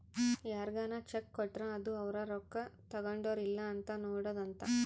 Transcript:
ಯಾರ್ಗನ ಚೆಕ್ ಕೊಟ್ರ ಅದು ಅವ್ರ ರೊಕ್ಕ ತಗೊಂಡರ್ ಇಲ್ಲ ಅಂತ ನೋಡೋದ ಅಂತ